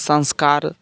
संस्कार